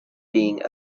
being